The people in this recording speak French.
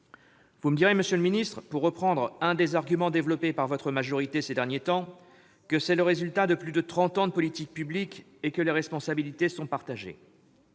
Vous me direz, monsieur le ministre, reprenant un des arguments développés par votre majorité ces derniers temps, que c'est le résultat de plus de trente ans de politiques publiques et que les responsabilités sont partagées.